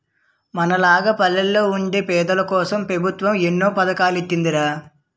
మనలాగ పల్లెల్లో వుండే పేదోల్లకోసం పెబుత్వం ఎన్నో పదకాలెట్టీందిరా